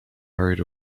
hurried